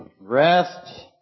Rest